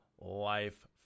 life